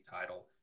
title